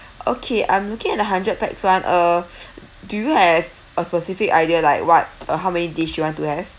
okay I'm looking at the hundred pax one uh do you have a specific idea like what uh how many dish you want to have